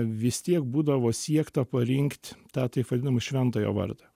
vistiek būdavo siekta parinkt tą taip vadinamą šventojo vardą